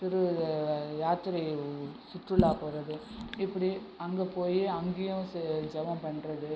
திருயாத்திரை சுற்றுலா போவது இப்படி அங்கே போய் அங்கேயும் சே ஜபம் பண்ணுறது